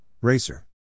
Racer